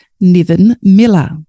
Niven-Miller